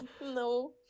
No